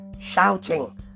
shouting